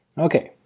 okay,